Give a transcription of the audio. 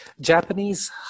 Japanese